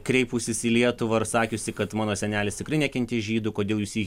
kreipusis į lietuvą ir sakiusi kad mano senelis tikrai nekentė žydų kodėl jūs jį